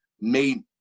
made